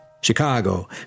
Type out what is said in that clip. Chicago